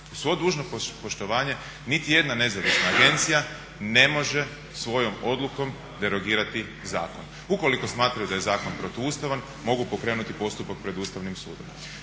Uz svo dužno poštovanje, niti jedna nezavisna agencija ne može svojom odlukom derogirati zakon. Ukoliko smatraju da je zakon protuustavan mogu pokrenuti postupak pred Ustavnim sudom.